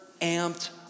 amped